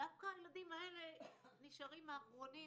דווקא הילדים האלה נשארים האחרונים.